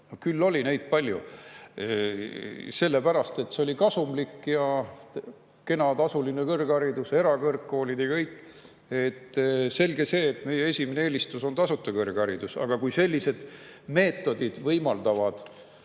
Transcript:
Küll oli neid palju! Oli sellepärast et see oli kasumlik – kena tasuline kõrgharidus, erakõrgkoolid ja kõik. Selge see, et meie esimene eelistus on tasuta kõrgharidus. Aga kui teatud meetodid võimaldavad